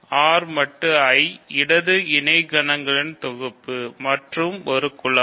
R mod I இடது இணைகணம்களின் தொகுப்பு மற்றும் ஒரு குலம்